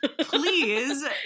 please